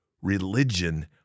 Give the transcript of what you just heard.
Religion